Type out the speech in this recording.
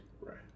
Right